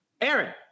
Aaron